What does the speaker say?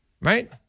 Right